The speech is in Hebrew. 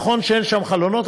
נכון שאין שם חלונות,